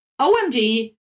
OMG